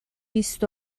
بیست